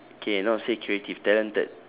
okay not say creative talented